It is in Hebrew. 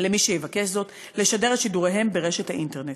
למי שיבקש זאת, לשדר את שידוריהם ברשת האינטרנט.